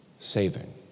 saving